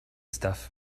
stuff